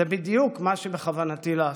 זה, בדיוק, מה שבכוונתי לעשות.